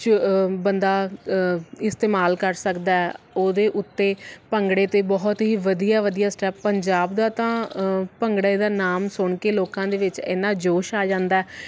ਬੰਦਾ ਇਸਤੇਮਾਲ ਕਰ ਸਕਦਾ ਉਹਦੇ ਉੱਤੇ ਭੰਗੜੇ 'ਤੇ ਬਹੁਤ ਹੀ ਵਧੀਆ ਵਧੀਆ ਸਟੈਪ ਪੰਜਾਬ ਦਾ ਤਾਂ ਭੰਗੜੇ ਦਾ ਨਾਮ ਸੁਣ ਕੇ ਲੋਕਾਂ ਦੇ ਵਿੱਚ ਇੰਨਾ ਜੋਸ਼ ਆ ਜਾਂਦਾ